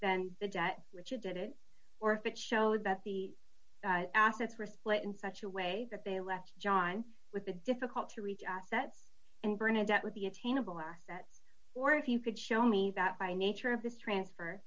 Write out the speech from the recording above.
than the debt which you did or if it shows that the assets were split in such a way that they left john with a difficult to reach assets and bernadette would be attainable assets or if you could show me that by nature of this transfer